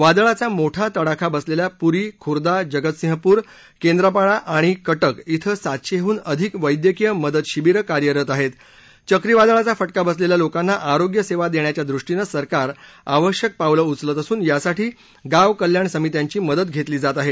वादळाचा मोठा तडाखा बसलेल्या पुरी खुर्दा जगतसिंहपुर केंद्रापड़ा आणि कटक िक्रें सातशेहून अधिक वैद्यकीय मदत शिबिरं कार्यरत आहेत चक्रीवादळाचा फटका बसलेल्या लोकांना आरोग्य सेवा देण्याच्या दृष्टीनं सरकार आवश्यक पावलं उचलत असून यासाठी गाव कल्याण समित्यांची मदत घेतली जात आहे